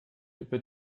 über